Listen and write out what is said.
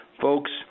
folks